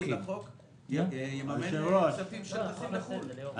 יממן כספים של הנוסעים לחו"ל.